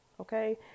Okay